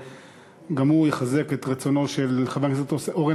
גם הוא יחזק את רצונו של חבר הכנסת אורן